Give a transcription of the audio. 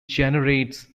generates